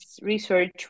research